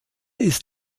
ist